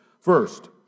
First